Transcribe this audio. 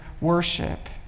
worship